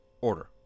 order